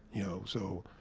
you know, so,